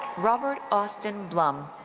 robert austin blom.